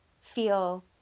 feel